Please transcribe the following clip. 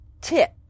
tip